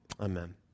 Amen